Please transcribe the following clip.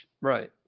Right